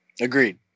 Agreed